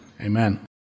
Amen